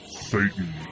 Satan